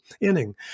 Inning